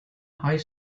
high